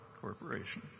Corporation